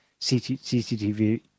CCTV